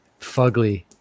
fugly